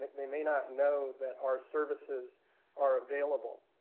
they may not know that our services are available.